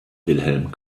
wilhelm